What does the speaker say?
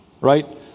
right